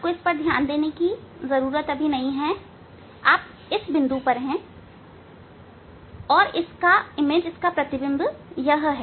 आपको ध्यान देने की जरूरत है आप इस बिंदु पर हैं और इसका प्रतिबिंब यह है